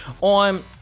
on